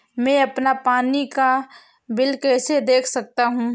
मैं अपना पानी का बिल कैसे देख सकता हूँ?